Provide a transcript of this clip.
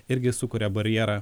irgi sukuria barjerą